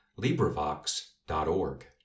LibriVox.org